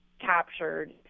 captured